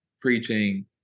preaching